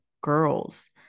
girls